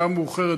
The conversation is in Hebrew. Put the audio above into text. השעה מאוחרת,